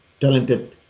talented